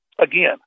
again